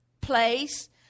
place